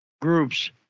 groups